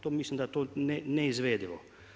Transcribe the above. To mislim da je to neizvedivo.